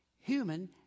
human